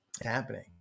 happening